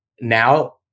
now